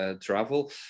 travel